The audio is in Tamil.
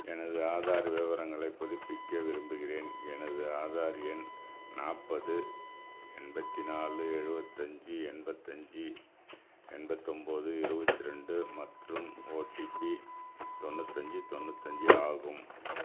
எனது ஆதார் விவரங்களைப் புதுப்பிக்க விரும்புகிறேன் எனது ஆதார் எண் நாற்பது எண்பத்தி நாலு எழுபத்து அஞ்சு எண்பத்து அஞ்சு எண்பத்து ஒன்போது இருபத்து ரெண்டு மற்றும் ஓடிபி தொண்ணூற்று அஞ்சு தொண்ணூற்று அஞ்சு ஆகும்